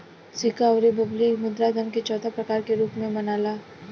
सिक्का अउर बबली मुद्रा धन के चौथा प्रकार के रूप में मनाला